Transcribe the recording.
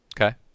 Okay